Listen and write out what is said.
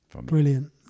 Brilliant